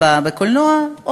בקולנוע,